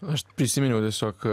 aš prisiminiau tiesiog